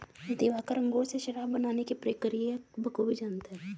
दिवाकर अंगूर से शराब बनाने की प्रक्रिया बखूबी जानता है